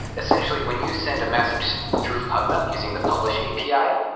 essentially, when you send a message through pubnub using the publish api,